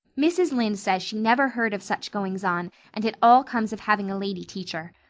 mrs. lynde says she never heard of such goings on and it all comes of having a lady teacher.